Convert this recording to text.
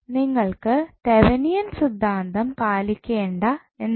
നിങ്ങൾക്ക് തെവനിയൻ സിദ്ധാന്തം പാലിക്കേണ്ട എന്നാണ്